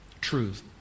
truth